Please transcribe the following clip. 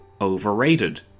overrated